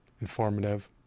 informative